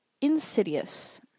Insidious